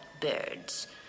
birds